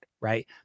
right